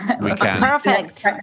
Perfect